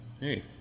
hey